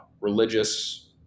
religious